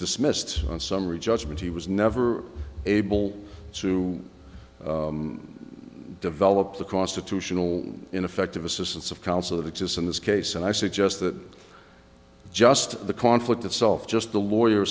dismissed on summary judgment he was never able to develop the constitutional ineffective assistance of counsel that exists in this case and i suggest that just the conflict itself just the lawyer